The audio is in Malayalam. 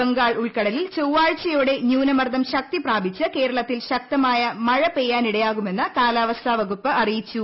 ബ്ഗ്ഗാൾ ഉൾക്കടലിൽ ചൊവ്വാഴ്ചയോടെ ന്യൂനമർദ്ദം ശക്തി പ്രാപ്പിച്ച് കേരളത്തിൽ ശക്തമായ മഴ പെയ്യാനിടയാക്കുമെന്ന് ്കാലാവസ്ഥാ വകുപ്പ് അറിയിച്ചു